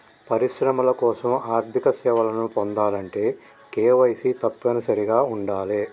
పరిశ్రమల కోసం ఆర్థిక సేవలను పొందాలంటే కేవైసీ తప్పనిసరిగా ఉండాలే